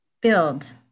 build